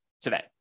today